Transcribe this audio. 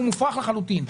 הוא מופרך לחלוטין.